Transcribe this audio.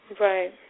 right